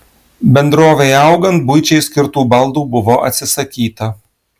bendrovei augant buičiai skirtų baldų buvo atsisakyta